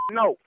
no